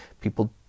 people